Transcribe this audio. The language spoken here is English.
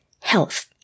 health